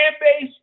base